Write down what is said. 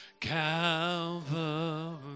Calvary